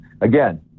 again